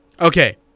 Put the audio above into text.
Okay